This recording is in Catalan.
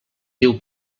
diu